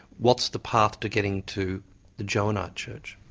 what's the path to getting to the johannite church?